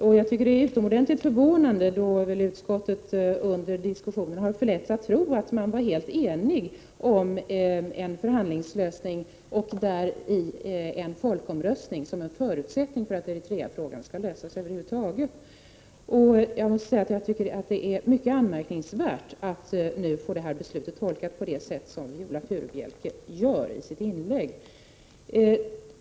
Jag tycker att det är utomordentligt förvånande, då utskottet under diskussionen har förletts att tro sig vara helt enigt om en förhandlingslösning, där folkomröstningen skulle utgöra en förutsättning för att Eritreafrågan över huvud taget skulle lösas. Jag tycker att det är mycket anmärkningsvärt att få vårt ställningstagande tolkat på det sätt som Viola Furubjelke gör i sitt inlägg.